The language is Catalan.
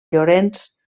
llorenç